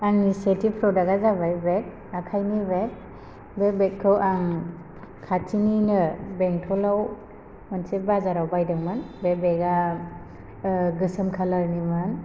आंनि सेथि प्रडाक्टा जाबाय बेग आखायनि बेग बे बेगखौ आं खाथिनिनो बेंथलाव मोनसे बाजाराव बायदोंमोन बे बेगा गोसोम कलारनिमोन